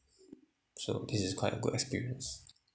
so this is quite a good experience